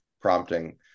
prompting